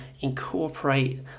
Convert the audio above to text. incorporate